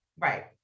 Right